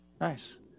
Nice